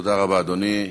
תודה רבה, אדוני.